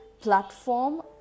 platform